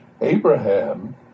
Abraham